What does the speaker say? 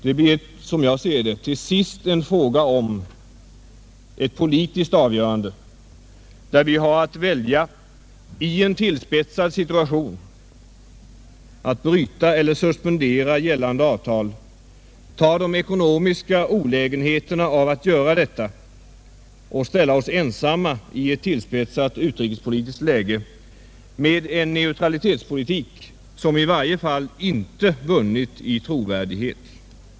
Som jag ser detta blir det till sist en fråga om ett politiskt avgörande, där vi vid en tillspetsad situation har att välja mellan att bryta eller suspendera gällande avtal, ta de ekonomiska olägenheterna av att göra detta och ställa oss ensamma i ett tillspetsat utrikespolitiskt läge, med en neutralitetspolitik som i varje fall inte har vunnit i trovärdighet.